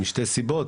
משתי סיבות.